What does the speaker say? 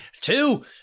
two